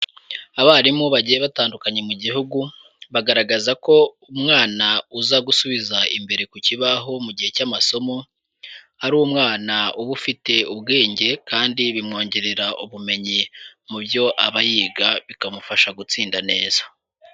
Abarimu bagiye batandukanye mu gihugu, bagaragaza ko umwana uza gusubiza imbere ku kibaho mu gihe cy'amasomo ari umwana uba ufite ubwenge kandi bimwongerera ubumenyi mu byo aba yiga bikamufasha gutsinda neza.